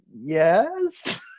Yes